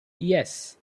yes